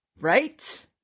Right